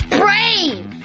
brave